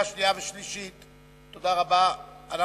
11 בעד, אין מתנגדים, אין נמנעים.